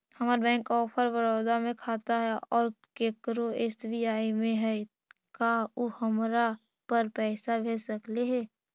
हमर bank of Baroda में खाता है और केकरो एस.बी.आई में है का उ हमरा पर पैसा भेज सकले हे?